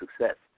success